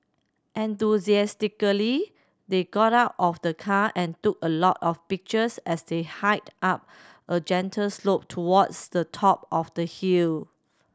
enthusiastically they got out of the car and took a lot of pictures as they hiked up a gentle slope towards the top of the hill